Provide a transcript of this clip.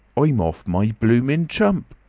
i'm off my blooming chump,